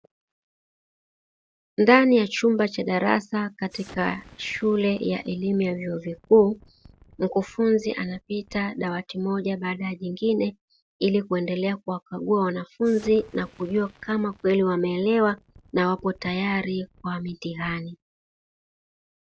Ndani ya chumba cha darasa katika shule ya elimu ya vyuo vikuu, mkufunzi anapita dawati moja baada ya jingine Ili kuendelea kuwakagua wanafunzi na kujuwa Kama wameelewa na wapo tayari kwa mitihani.